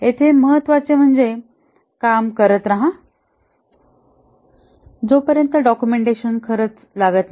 येथे महत्वाचे म्हणजे काम करत राहा जो पर्यंत डॉक्युमेंटेशन खरंच लागत नाही